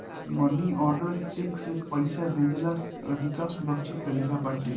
मनी order cheque से पईसा भेजला से अधिका सुरक्षित तरीका बाटे